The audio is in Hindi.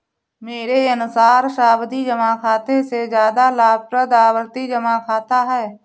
मेरे अनुसार सावधि जमा खाते से ज्यादा लाभप्रद आवर्ती जमा खाता है